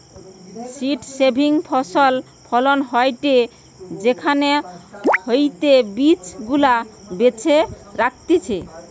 seed saving ফসল ফলন হয়টে সেখান হইতে বীজ গুলা বেছে রাখতিছে